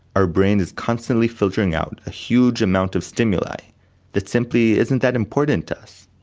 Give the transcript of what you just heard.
our brain is constantly filtering out a huge amount of stimuli that simply isn't that important to us.